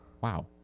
wow